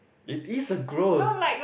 it is a growth